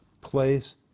place